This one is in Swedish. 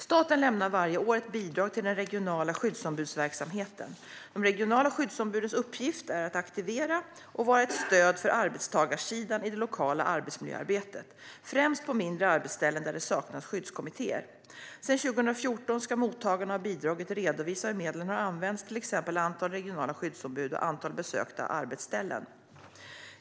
Staten lämnar varje år ett bidrag till den regionala skyddsombudsverksamheten. De regionala skyddsombudens uppgift är att aktivera och vara ett stöd för arbetstagarsidan i det lokala arbetsmiljöarbetet, främst på mindre arbetsställen där det saknas skyddskommittéer. Sedan 2014 ska mottagarna av bidraget redovisa hur medlen har använts, till exempel antal regionala skyddsombud och antal besökta arbetsställen.